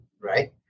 right